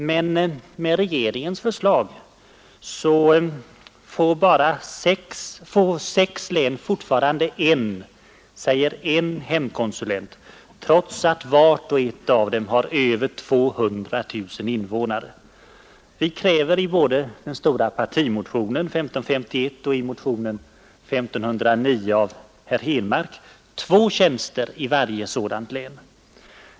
Men med regeringens förslag — och utskottets helt otillräckliga skrivning — blir det i sex av landets län fortfarande bara en hemkonsulent, trots att vart och ett av dem har över 200 000 invånare. Vi kräver både i den stora partimotionen 1551 och i motionen 1509 av herr Henmark m.fl. två tjänster i varje sådant län.